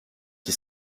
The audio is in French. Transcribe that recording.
qui